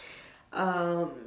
um